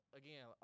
again